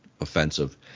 offensive